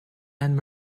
anne